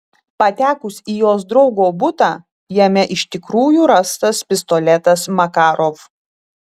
patekus į jos draugo butą jame iš tikrųjų rastas pistoletas makarov